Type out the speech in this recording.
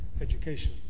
education